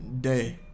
day